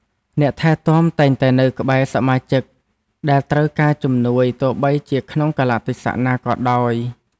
អ្នកថែទាំតែងតែនៅក្បែរសមាជិកដែលត្រូវការជំនួយទោះបីជាក្នុងកាលៈទេសៈណាក៏ដោយ។